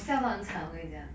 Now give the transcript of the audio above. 我笑到很惨我跟你讲